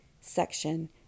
section